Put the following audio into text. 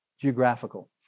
geographical